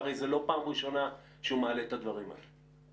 והרי זה לא פעם ראשונה שהוא מעלה את הדברים האלה.